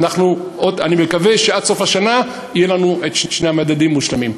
אני מקווה שעד סוף השנה יהיו לנו שני המדדים מושלמים.